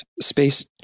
space